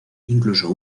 incluso